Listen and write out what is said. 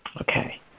Okay